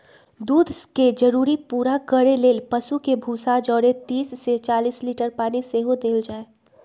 दूध के जरूरी पूरा करे लेल पशु के भूसा जौरे तीस से चालीस लीटर पानी सेहो देल जाय